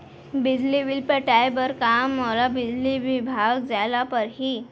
बिजली बिल पटाय बर का मोला बिजली विभाग जाय ल परही?